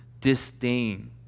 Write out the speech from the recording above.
disdain